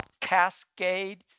Cascade